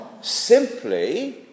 simply